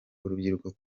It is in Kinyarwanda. urubyiruko